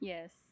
Yes